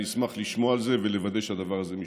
אני אשמח לשמוע על זה ולוודא שהדבר הזה משתפר.